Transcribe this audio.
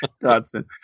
Dodson